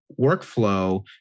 workflow